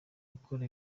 gukora